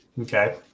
Okay